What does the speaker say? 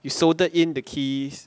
you solder in the keys